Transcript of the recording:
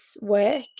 work